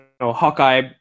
Hawkeye